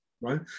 right